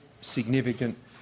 significant